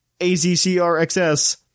AZCRXS